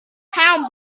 town